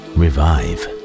revive